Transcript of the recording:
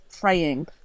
praying